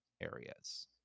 areas